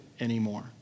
anymore